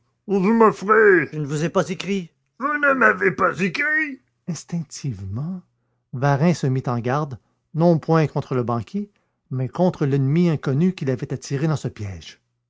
vous m'offrez je ne vous ai pas écrit vous ne m'avez pas écrit instinctivement varin se mit en garde non point contre le banquier mais contre l'ennemi inconnu qui l'avait attiré dans ce piège